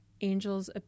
angels